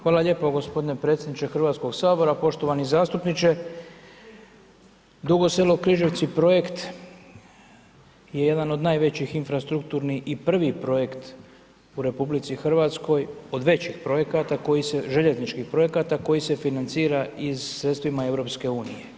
Hvala lijepo gospodine predsjedniče Hrvatskoga sabora, poštovani zastupniče Dugo Selo – Križevci projekt je jedan od najvećih infrastrukturnih i prvi projekt u RH od većih projekata koji se, željezničkih projekata, koji se financira iz sredstvima EU.